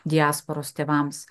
diasporos tėvams